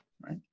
right